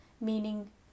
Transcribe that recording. meaning